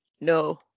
No